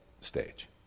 stage